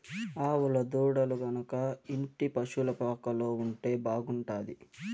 ఆవుల దూడలు గనక ఇంటి పశుల పాకలో ఉంటే బాగుంటాది